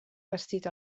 bastit